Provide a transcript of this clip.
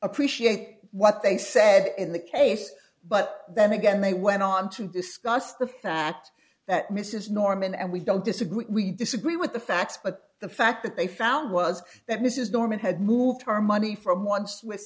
appreciate what they said in the case but then again they went on to discuss the fact that mrs norman and we don't disagree we disagree with the facts but the fact that they found was that mrs norman had moved her money from once wi